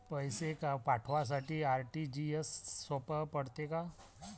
पैसे पाठवासाठी आर.टी.जी.एसचं सोप पडते का?